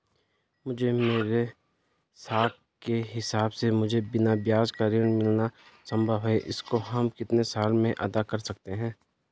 मुझे मेरे साख के हिसाब से मुझे बिना ब्याज का ऋण मिलना संभव है इसको हम कितने साल में अदा कर सकते हैं?